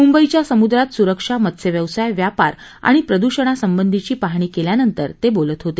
मुंबईच्या समुद्रात सुरक्षा मत्स्यव्यवसाय व्यापार आणि प्रदूषणासंबधीची पाहणी केल्यानंतर ते बोलत होते